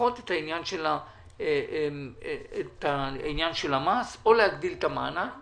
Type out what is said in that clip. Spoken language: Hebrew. לדחות את העניין של המס, או להגדיל את המענק